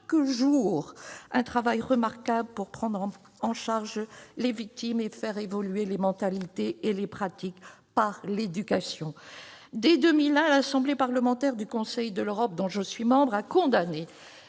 jour un travail remarquable pour prendre en charge les victimes et faire évoluer les mentalités et les pratiques par l'éducation. Dès 2001, l'Assemblée parlementaire du Conseil de l'Europe, dont je suis membre, a condamné